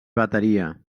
bateria